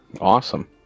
Awesome